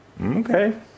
Okay